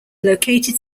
located